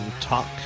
talk